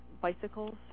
Bicycles